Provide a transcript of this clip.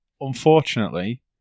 Unfortunately